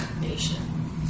nation